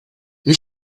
you